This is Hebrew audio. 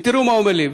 ותראו מה הוא אומר לי,